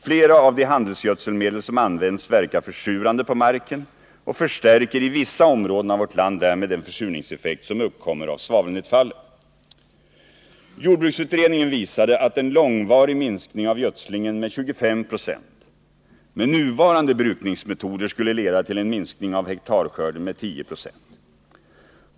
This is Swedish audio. Flera av de handelsgödselmedel som används verkar försurande på marken och förstärker i vissa områden av vårt land därmed den försurningseffekt som uppkommer av svavelnedfallet. Jordbruksutredningen visade att en långvarig minskning av gödslingen med 25 96 med nuvarande brukningsmetoder skulle leda till en minskning av hektarskörden med 10 96.